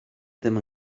ddim